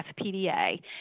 FPDA